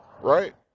Right